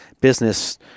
business